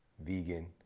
vegan